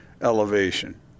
elevation